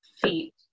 feet